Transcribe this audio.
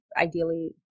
ideally